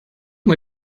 mal